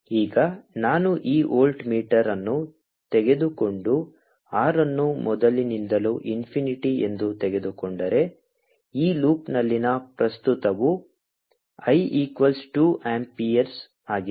ಈಗ ನಾನು ಈ ವೋಲ್ಟ್ ಮೀಟರ್ ಅನ್ನು ತೆಗೆದುಕೊಂಡು R ಅನ್ನು ಮೊದಲಿನಿಂದಲೂ ಇನ್ಫಿನಿಟಿ ಎಂದು ತೆಗೆದುಕೊಂಡರೆ ಈ ಲೂಪ್ನಲ್ಲಿನ ಪ್ರಸ್ತುತವು I ಈಕ್ವಲ್ಸ್ 2 ಆಂಪಿಯರ್ ಆಗಿದೆ